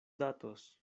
datos